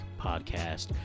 Podcast